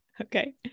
Okay